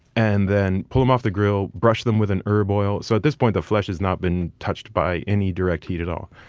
and then pull them off the grill and brush them with an herb oil. so at this point, the flesh has not been touched by any direct heat at all.